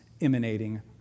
emanating